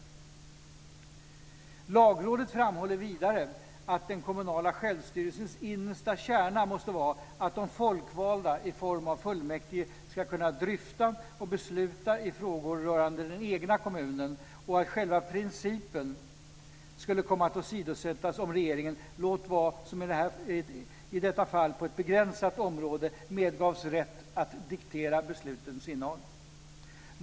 Lagrådet framhåller vidare att den kommunala självstyrelsens innersta kärna måste vara att de folkvalda i form av fullmäktige ska kunna dryfta och besluta i frågor rörande den egna kommunen och att själva principen skulle komma att åsidosättas om regeringen - låt vara som i detta fall på ett begränsat område - medgavs rätt att diktera beslutens innehåll.